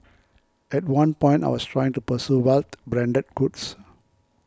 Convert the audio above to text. at one point I was trying to pursue wealth branded goods